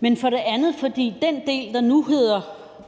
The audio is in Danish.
men for det andet, fordi den del, der nu hedder